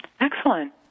excellent